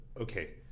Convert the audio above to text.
Okay